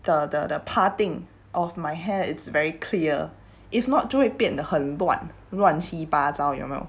the the parting of my hair it's very clear if not 就会变得很乱乱七八糟有没有